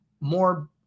more